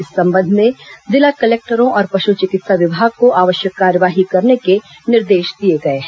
इस संबंध में जिला कलेक्टरों और पशु चिकित्सा विभाग को आवश्यक कार्यवाही करने के निर्देश दिए गए हैं